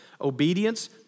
Obedience